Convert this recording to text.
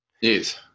Yes